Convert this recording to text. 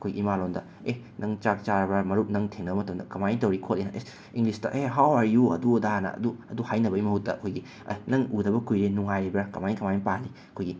ꯑꯩꯈꯣꯏ ꯏꯃꯥ ꯂꯣꯟꯗ ꯑꯦ ꯅꯪ ꯆꯥꯛ ꯆꯥꯔꯕ ꯃꯔꯨꯞ ꯅꯪ ꯊꯦꯡꯅ ꯃꯇꯝꯗ ꯀꯃꯥꯏ ꯇꯧꯔꯤ ꯈꯣꯠꯂꯤ ꯑꯦꯁ ꯏꯪꯂꯤꯁꯇ ꯍꯦ ꯍꯥꯎ ꯑꯥꯔ ꯌꯨ ꯑꯗꯨ ꯑꯗꯥꯅ ꯑꯗꯨ ꯑꯗꯨ ꯍꯥꯏꯅꯕꯒꯤ ꯃꯍꯨꯠꯇ ꯑꯩꯈꯣꯏꯒꯤ ꯑꯦ ꯅꯪ ꯎꯗꯕ ꯀꯨꯏꯔꯦ ꯅꯨꯡꯉꯥꯏꯔꯤꯕ꯭ꯔꯥ ꯀꯃꯥꯏ ꯀꯃꯥꯏ ꯄꯥꯜꯂꯤ ꯑꯩꯈꯣꯏꯒꯤ